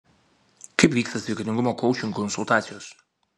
kaip vyksta sveikatingumo koučingo konsultacijos